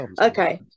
Okay